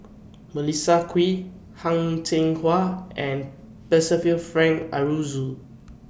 Melissa Kwee Heng Cheng Hwa and Percival Frank Aroozoo